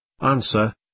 Answer